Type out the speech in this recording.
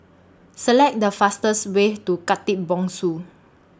Select The fastest Way to Khatib Bongsu